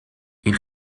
این